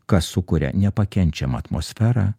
kas sukuria nepakenčiamą atmosferą